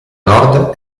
nord